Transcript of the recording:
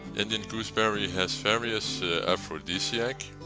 indian gooseberry has various aphrodisiac,